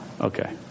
Okay